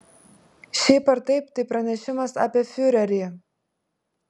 šiaip ar taip tai pranešimas apie fiurerį